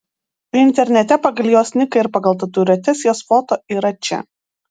internete pagal jos niką ir pagal tatuiruotes jos foto yra čia